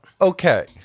Okay